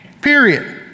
period